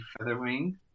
Featherwing